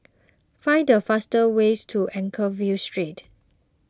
find the fastest ways to Anchorvale Street